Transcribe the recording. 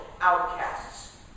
outcasts